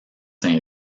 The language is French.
saint